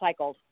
recycled